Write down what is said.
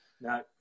No